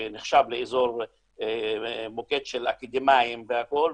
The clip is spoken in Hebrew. שנחשב לאזור מוקד של אקדמאים והכול,